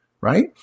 right